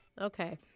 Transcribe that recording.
Okay